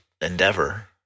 Endeavor